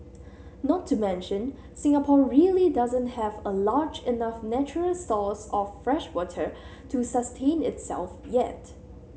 not to mention Singapore really doesn't have a large enough natural source of freshwater to sustain itself yet